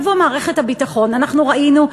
אנחנו ראינו,